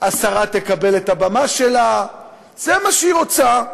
השרה תקבל את הבמה שלה, זה מה שהיא רוצה.